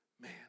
man